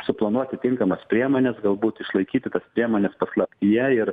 suplanuoti tinkamas priemones galbūt išlaikyti tas priemones paslaptyje ir